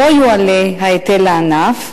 לא יועלה ההיטל לענף,